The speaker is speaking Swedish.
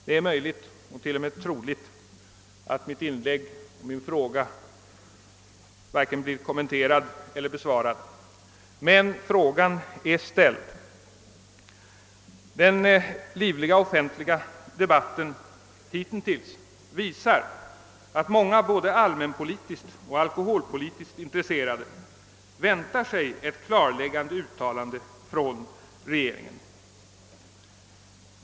Det är möjligt och till och med troligt att mitt inlägg och min fråga inte blir kommenterad respektive besvarad. Men frågan är ställd. Den livliga offentliga debatten hitintills visar, att många både allmänpolitiskt och alkoholpolitiskt intresserade väntar sig ett klarläggande uttalande från regeringen.